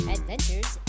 Adventures